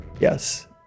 Yes